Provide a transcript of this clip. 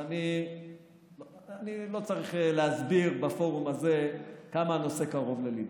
ואני לא צריך להסביר בפורום הזה כמה הנושא קרוב לליבך.